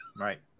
Right